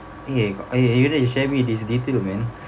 ya ya you need to share me this detail man